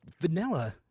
Vanilla